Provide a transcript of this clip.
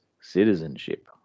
citizenship